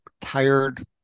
tired